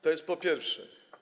To jest po pierwsze.